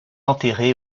enterré